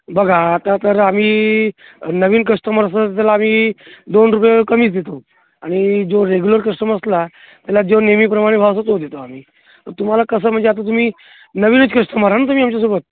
बघा आता तर आम्ही नवीन कस्टमर असलं तर आम्ही दोन रुपये कमीच देतो आणि जो रेगुलर कस्टमर असला त्याला जो नेहमीप्रमाणे भाव असेल तो देतो आम्ही तुम्हाला कसं म्हणजे आता तुम्ही नवीनच कस्टमर हा ना तुम्ही आमच्यासोबत